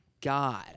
God